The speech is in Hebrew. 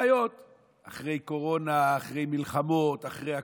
בעיות אחרי קורונה, אחרי מלחמות, אחרי הכול,